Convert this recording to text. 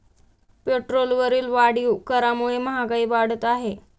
पेट्रोलवरील वाढीव करामुळे महागाई वाढत आहे